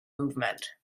movement